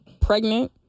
pregnant